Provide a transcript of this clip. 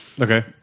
Okay